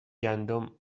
گندم